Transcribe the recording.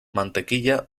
mantequilla